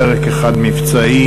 פרק אחד מבצעי,